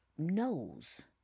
knows